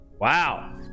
wow